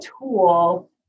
tool